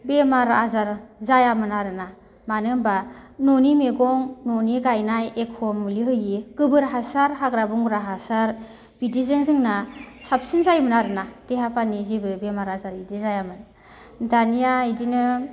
बेमार आजार जायामोन आरोना मानोहोमब्ला न'नि मैगं न'नि गायनाय एख' मुलि होयै गोबोर हासार हाग्रा बंग्रा हासार बिदिजों जोंना साबसिन जायोमोन आरोना देहा फानि जेबो बेमार आजार इदि जायामोन दानिया इदिनो